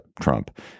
Trump